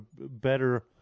better